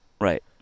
right